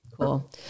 Cool